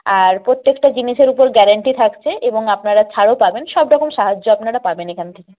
আর প্রত্যেকটা জিনিসের উপর গ্যারেন্টি থাকছে এবং আপনারা ছাড়ও পাবেন সব রকম সাহায্য আপনারা পাবেন এখান থেকে